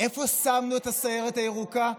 איפה שמנו את הסיירת הירוקה?